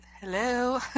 Hello